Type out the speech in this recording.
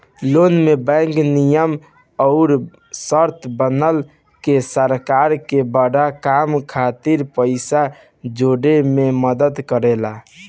loan में bank नियम अउर शर्त बना के सरकार के बड़ काम खातिर पइसा जोड़े में मदद करेला